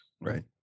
Right